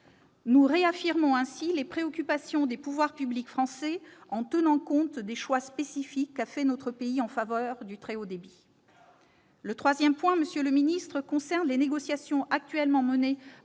Nous réaffirmons ainsi les préoccupations des pouvoirs publics français, en tenant compte des choix spécifiques qu'a faits notre pays en faveur du très haut débit. Le troisième élément, monsieur le secrétaire d'État, concerne les négociations actuellement menées